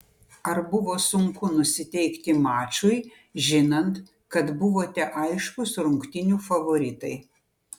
ar buvo sunku nusiteikti mačui žinant kad buvote aiškūs rungtynių favoritai